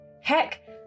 Heck